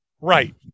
Right